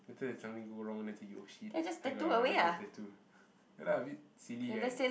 later if something go wrong then later you oh shit I got a random tattoo ya lah a bit silly right